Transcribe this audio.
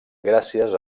gràcies